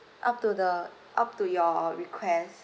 up to the up to your requests